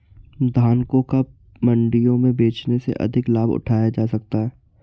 धान को कब मंडियों में बेचने से अधिक लाभ उठाया जा सकता है?